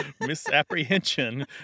misapprehension